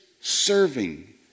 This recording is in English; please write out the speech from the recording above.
serving